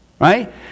Right